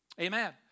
Amen